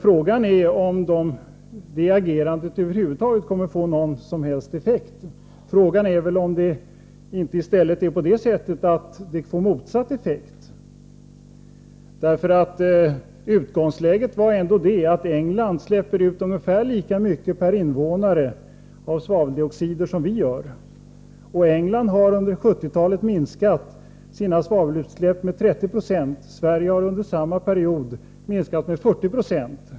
Frågan är om det agerandet över huvud taget kommer att få någon som helst effekt i önskad riktning. Frågan är om det inte i stället får motsatt effekt. Utgångsläget var ändå att England släpper ut ungefär lika mycket svaveldioxid per invånare som vi gör. Och England har under 1970-talet minskat sina svavelutsläpp med 30 96. Sverige har under samma period minskat med 40 90.